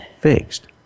fixed